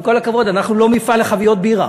עם כל הכבוד, אנחנו לא מפעל לחביות בירה